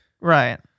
Right